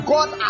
God